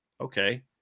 Okay